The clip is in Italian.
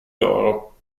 loro